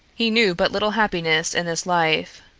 he knew but little happiness, in this life.